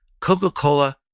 Coca-Cola